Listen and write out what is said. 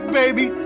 baby